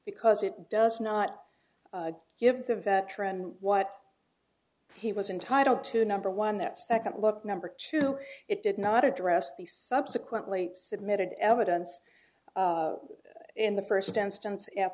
because it does not give the veteran what he was entitle to number one that second look at number two it did not address the subsequently submitted evidence in the first